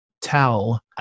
tell